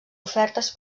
ofertes